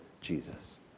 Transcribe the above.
Jesus